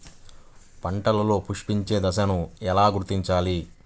పంటలలో పుష్పించే దశను ఎలా గుర్తించాలి?